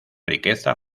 riqueza